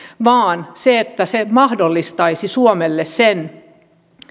vaan siitä että se mahdollistaisi suomelle sen